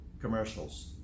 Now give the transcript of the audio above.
Commercials